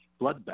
bloodbath